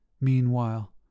Meanwhile